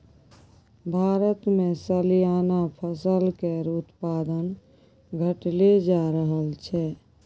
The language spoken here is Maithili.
भारतमे सलियाना फसल केर उत्पादन घटले जा रहल छै